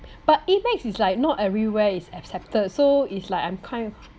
but amex is like not everywhere it's accepted so it's like I'm kind